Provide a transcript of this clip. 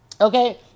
okay